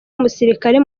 umusirikare